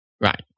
Right